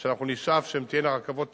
שאנחנו נשאף שהן תהיינה רכבות תחתית,